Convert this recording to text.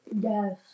Yes